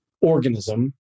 organism